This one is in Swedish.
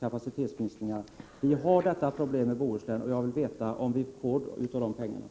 kapacitetsminskningarna.” Vi har problem i Bohuslän, och jag vill veta om vi kommer att få del av dessa pengar.